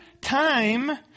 time